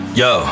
yo